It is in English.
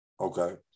Okay